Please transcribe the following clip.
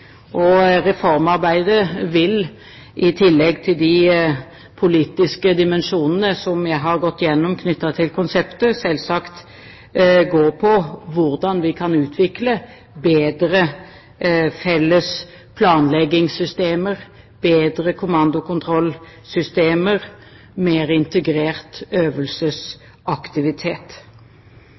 Reformarbeidet vil, i tillegg til de politiske dimensjonene som jeg har gått gjennom knyttet til konseptet, selvsagt gå på hvordan vi kan utvikle bedre felles planleggingssystemer, bedre kommandokontrollsystemer og en mer integrert